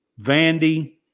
Vandy